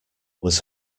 was